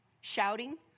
shouting